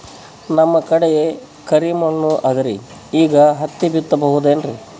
ನಮ್ ಕಡೆ ಕರಿ ಮಣ್ಣು ಅದರಿ, ಈಗ ಹತ್ತಿ ಬಿತ್ತಬಹುದು ಏನ್ರೀ?